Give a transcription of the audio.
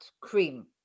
cream